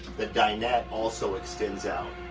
the dinette also extends out